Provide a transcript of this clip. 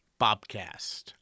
Bobcast